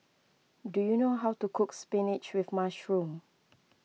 do you know how to cook Spinach with Mushroom